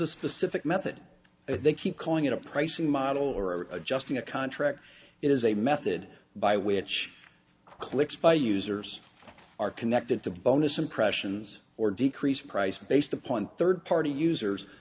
a specific method they keep calling it a pricing model or adjusting a contract is a method by which clicks by users are connected to bonus impressions or decreased price based upon third party users